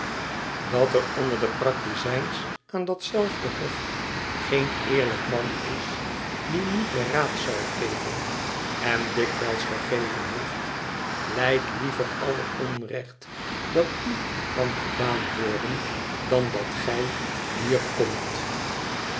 dat er onder de praktizijns aan dat zelfde hof geen eerlijk man is die niet den raad zou geven en dikwijls gegeven heeft lijd liever alle onrecht dat u kan gedaan worden dan dat gij hier komt